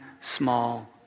small